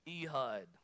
Ehud